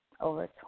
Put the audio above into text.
over